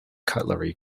cutlery